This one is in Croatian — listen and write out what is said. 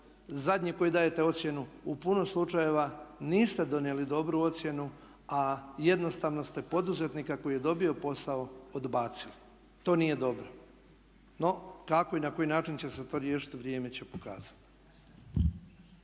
zadnji koji dajete ocjenu u puno slučajeva, niste donijeli dobru ocjenu a jednostavno ste poduzetnika koji je dobio posao odbacili. To nije dobro. No kako i na koji način će se to riješiti vrijeme će pokazati.